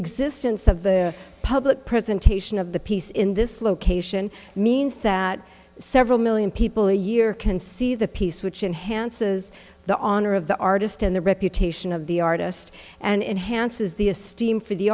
existence of the public presentation of the piece in this location means that several million people a year can see the piece which enhanced has the honor of the artist and the reputation of the artist and enhanced as the esteem for the